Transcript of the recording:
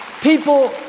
People